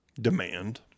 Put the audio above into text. demand